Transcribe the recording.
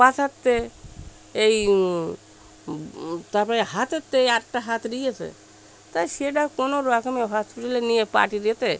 পাছার থেকে এই তার পরে হাতের থেকে এই আরেকটা হাত নিয়ে গিয়েছে তাই ছেলেটাকে কোনো রকমে হসপিটালে নিয়ে পার্টির ইয়েতে